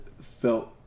felt